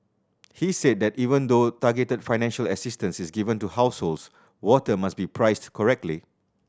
he said that even though targeted financial assistance is given to households water must be priced correctly